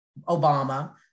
Obama